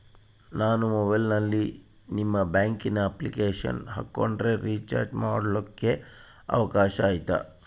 ನಾನು ಮೊಬೈಲಿನಲ್ಲಿ ನಿಮ್ಮ ಬ್ಯಾಂಕಿನ ಅಪ್ಲಿಕೇಶನ್ ಹಾಕೊಂಡ್ರೆ ರೇಚಾರ್ಜ್ ಮಾಡ್ಕೊಳಿಕ್ಕೇ ಅವಕಾಶ ಐತಾ?